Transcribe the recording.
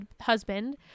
husband